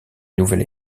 nouvel